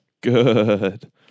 Good